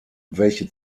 welche